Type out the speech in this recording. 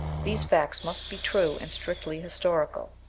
these facts must be true and strictly historical,